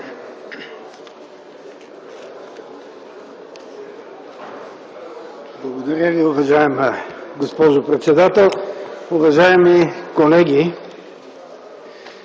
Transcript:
Благодаря Ви, уважаема госпожо председател. Уважаеми колеги!